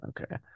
Okay